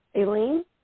Aileen